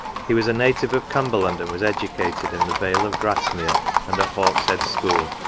he was a native of cumberland, and was educated in the vale of grasmere, and at hawkshead school